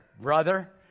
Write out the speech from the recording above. brother